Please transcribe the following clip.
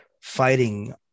fighting